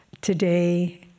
today